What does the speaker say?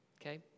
Okay